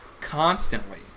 constantly